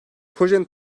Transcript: projenin